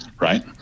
Right